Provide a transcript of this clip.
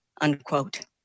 unquote